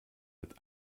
mit